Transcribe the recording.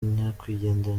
nyakwigendera